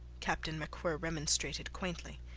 captain macwhirr remonstrated quaintly.